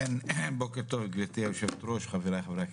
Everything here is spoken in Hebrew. בוקר טוב גבירתי היושבת ראש, חברי חברי הכנסת.